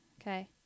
Okay